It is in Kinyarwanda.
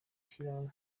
shyirahamwe